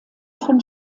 von